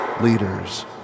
leaders